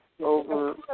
over